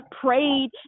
prayed